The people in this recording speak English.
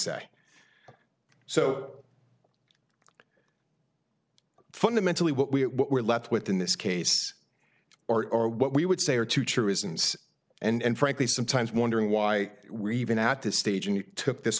say so fundamentally what we were left with in this case or are what we would say are two truisms and frankly sometimes wondering why we're even at this stage and you took this